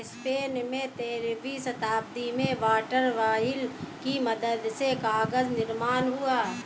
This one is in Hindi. स्पेन में तेरहवीं शताब्दी में वाटर व्हील की मदद से कागज निर्माण हुआ